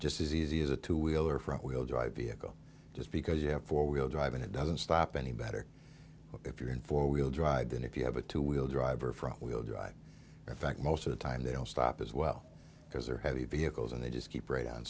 just as easy as a two wheel or front wheel drive vehicle just because you have four wheel drive and it doesn't stop any better if you're in four wheel drive than if you have a two wheel drive or front wheel drive in fact most of the time they'll stop as well because they're heavy vehicles and they just keep right on